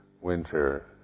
winter